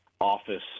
office